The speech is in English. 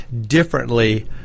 differently